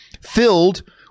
filled